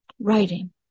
writing